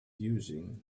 using